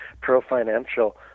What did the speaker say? pro-financial